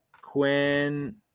Quinn